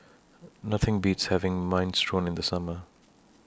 Nothing Beats having Minestrone in The Summer